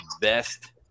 best